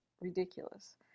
ridiculous